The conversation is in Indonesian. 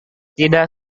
tidak